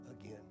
again